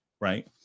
right